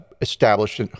established